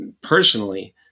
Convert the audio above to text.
Personally